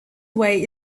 way